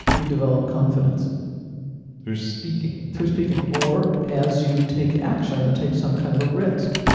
you develop confidence through speaking through speaking or as you take action or take some kind of a risk,